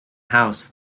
house